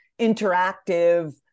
interactive